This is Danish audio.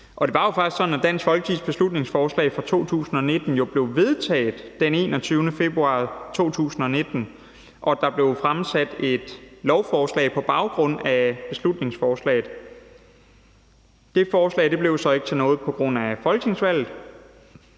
Det var jo faktisk sådan, at Dansk Folkepartis beslutningsforslag fra 2019 blev vedtaget den 21. februar 2019, og der blev fremsat et lovforslag på baggrund af beslutningsforslaget. Det forslag blev så ikke til noget på grund af folketingsvalget.